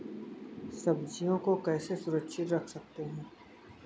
सब्जियों को कैसे सुरक्षित रख सकते हैं?